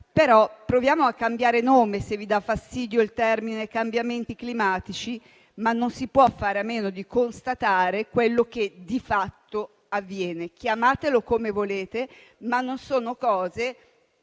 proviamo a cambiare nome se vi dà fastidio l'espressione cambiamenti climatici, ma non si può fare a meno di constatare quello che di fatto avviene. Chiamatele come volete, ma non sono cose